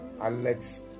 Alex